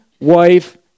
wife